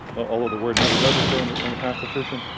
although the word never does occur in the and constitution,